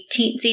teensy